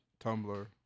Tumblr